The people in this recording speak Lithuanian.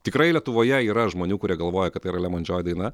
tikrai lietuvoje yra žmonių kurie galvoja kad tai yra lemon džoj daina